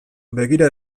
begira